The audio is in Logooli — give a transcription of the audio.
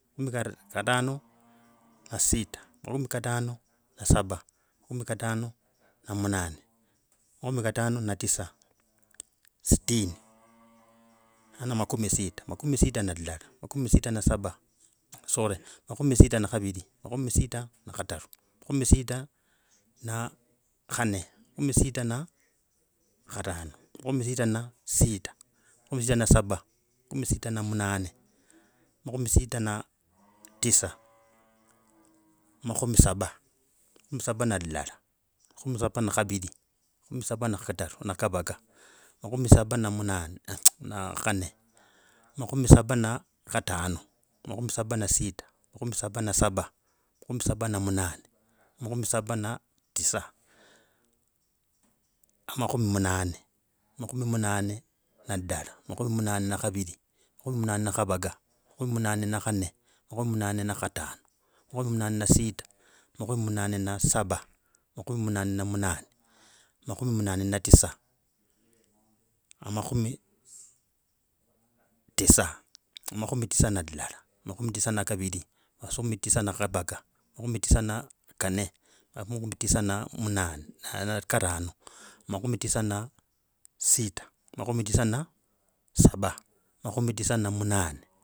Makhumi kar, kadano na sita, makhumi kadano na saba, makhumi katano na munane, makhumi katano na tisa, sitini, hana makhumi sita, makhumi sita na lulala, makhumi sita na saba, sorry, makhumi sita na khaviri, makhumi sita na khataru, makhumi sita na khanne, makhumi sita kharano, makhumi sita na sita, makhumi sita na saba, makhumi sita na munane, makhumi sita na tisa makhumi saba, makhumi saba na lulala, makhumi saba na khaviri, makhumi saba na kataru, na kavaka, makhumi saba na munane, na khanne, makhumi saba na katano, makhumi saba na sita, makhumi saba na saba, makhumi saba na munane, makhuma saba na tisa, makhumi munane, makhumi munane na lidala, makhumi munane na khavira makhumi munane na kavaka, makhumi makhumi munane na kanne, makhumi munane na saba, makhumi munane na munane, makhumi munane na tisa, makhumi tisa. Makhumi tisa na lulala, makhumi tisa na kavira, makhumi tisa na kavaka, makhumi tisa na kanne, makhumi tisa na munane na karano, makhumi tisa na sita, makhumi tisa na saba, makhumi tisa na munane.